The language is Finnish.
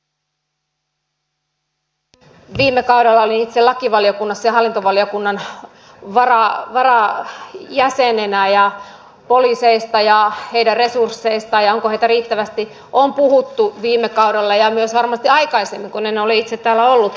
viime kaudella olin itse lakivaliokunnassa ja hallintovaliokunnan varajäsenenä ja poliiseista ja heidän resursseistaan ja siitä onko heitä riittävästi on puhuttu viime kaudella ja myös varmasti aikaisemminkin kun en ole itse täällä ollut ja keskustelu jatkuu